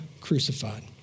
crucified